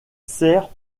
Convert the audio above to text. sert